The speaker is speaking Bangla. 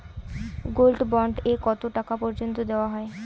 গোল্ড বন্ড এ কতো টাকা পর্যন্ত দেওয়া হয়?